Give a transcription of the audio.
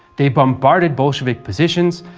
they bombarded bolshevik positions,